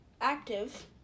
active